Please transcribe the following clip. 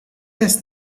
does